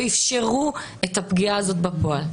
ואיפשרו את הפגיעה הזאת בפועל.